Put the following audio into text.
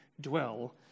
dwell